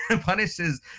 punishes